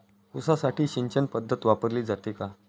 ऊसासाठी सिंचन पद्धत वापरली जाते का?